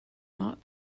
not